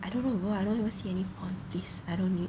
I don't know bro I don't even see any porn please I don't need